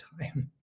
time